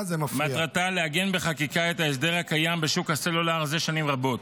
מטרתה לעגן בחקיקה את ההסדר הקיים בשוק הסלולר זה שנים רבות,